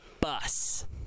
bus